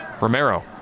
Romero